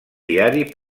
diari